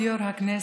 כבוד יו"ר הכנסת,